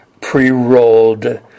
pre-rolled